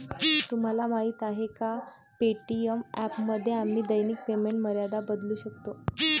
तुम्हाला माहीत आहे का पे.टी.एम ॲपमध्ये आम्ही दैनिक पेमेंट मर्यादा बदलू शकतो?